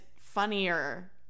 funnier